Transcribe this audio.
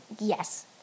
Yes